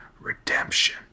redemption